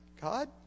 God